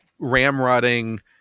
ramrodding